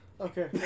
Okay